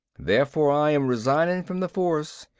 therefore i am resigning from the force.